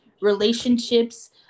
relationships